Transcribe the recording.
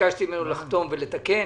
שביקשתי ממנו לחתום ולתקן.